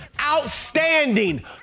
Outstanding